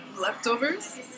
leftovers